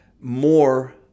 more